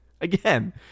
Again